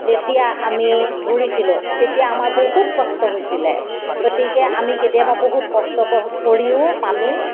যেতিয়া আমি ধৰিছিলোঁ তেতিয়া আমাৰ বহুত কষ্ট হৈছিলে গতিকে আমি কেতিয়াবা বহুত কষ্ট কৰিও পানী